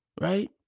right